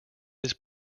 his